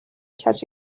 catch